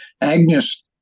Agnes